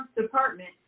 Department